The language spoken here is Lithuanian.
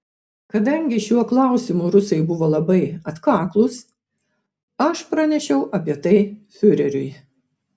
kadangi šiuo klausimu rusai buvo labai atkaklūs aš pranešiau apie tai fiureriui